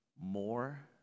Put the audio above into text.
more